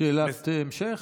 שאלת המשך?